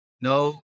no